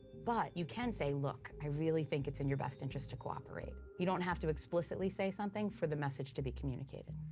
but you can say, look, i really think it's in your best interest to cooperate. you don't have to explicitly say something for the message to be communicated.